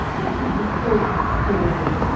that is an old story!